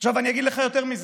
עכשיו אני אגיד לך יותר מזה.